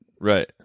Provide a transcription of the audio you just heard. Right